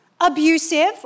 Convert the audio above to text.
abusive